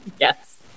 Yes